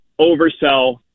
oversell